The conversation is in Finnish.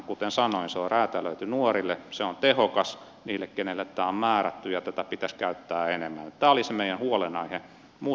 kuten sanoin se on räätälöity nuorille se on tehokas niille kenelle tämä on määrätty ja tätä pitäisi käyttää enemmän